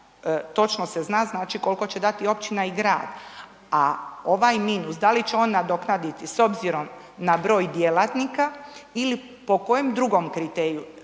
točno se zna znači koliko će dati općina i grad a ovaj minus da li će on nadoknaditi s obzirom na broj djelatnika ili po kojem drugom kriteriju.